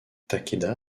takeda